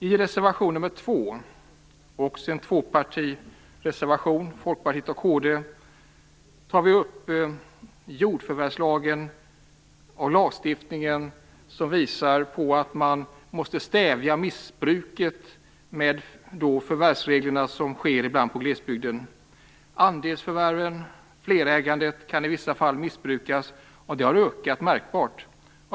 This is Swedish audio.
I reservation nr 2, som också är en tvåpartireservation från Folkpartiet och kd, tar vi upp jordförvärvslagen. Man måste stävja missbruket av förvärvsreglerna, som ibland sker i glesbygden. Andelsförvärven och flerägandet kan i vissa fall missbrukas, och det har ökat märkbart.